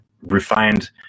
refined